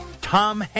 Tom